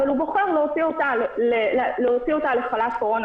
אבל הוא בוחר להוציא אותה לחל"ת קורונה,